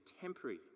temporary